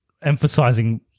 Emphasizing